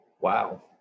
Wow